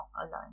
alone